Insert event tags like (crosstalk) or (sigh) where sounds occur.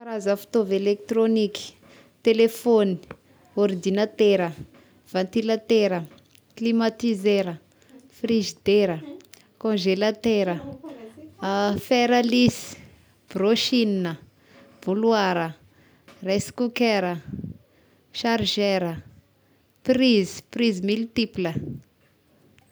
Karaza fitaova elektrôniky: telefogny, ordinatera, vantilatera, (noise) klimatizera, frizidera, (noise) kônzelatera (noise) (hesitation) fer à lisse, brôsigna, boloara, rice cookerà, sarzera, prizy, prizy miltipla.